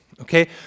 okay